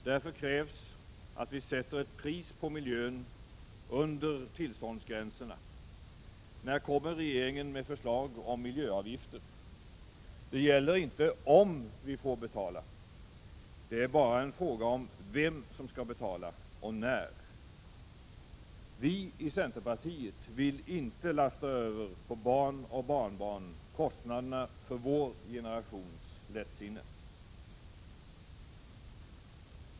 Därför krävs att det sätts ett pris på miljön under tillståndsgränserna. När kommer regeringen med förslag om miljöavgifter? Det gäller inte om vi får betala; det är bara en fråga om vem som skall betala och när. Centerpartiet vill inte lasta över på barn och barnbarn kostnaderna för vår generations lättsinne.